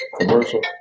Commercial